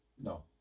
No